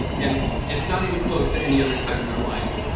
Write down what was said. and it's not even close to any other time in our life.